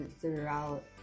throughout